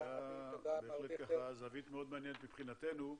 בהחלט זווית מאוד מעניינת מבחינתנו.